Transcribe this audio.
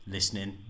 Listening